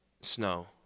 Snow